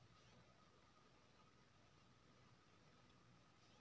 राई के अलावा केना सब खेती इ समय म के सकैछी?